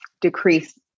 Decrease